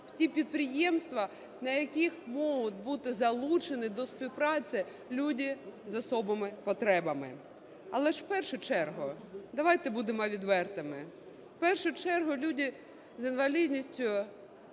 в ті підприємства, на яких можуть бути залучені до співпраці люди з особливими потребами. Але ж в першу чергу, давайте будемо відвертими, в першу чергу люди з інвалідністю,